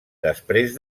després